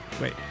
Wait